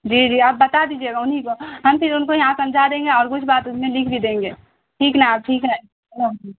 جی جی آپ بتا دیجیے گا انہیں کو ہم پھر ان کو یہاں سمجھا دیں گے اور کچھ بات اس میں لکھ بھی دیں گے ٹھیک نا آپ ٹھیک ہے اللہ حافظ